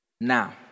now